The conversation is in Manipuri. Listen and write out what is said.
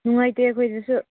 ꯅꯨꯡꯉꯥꯏꯇꯦ ꯑꯩꯈꯣꯏꯗꯁꯨ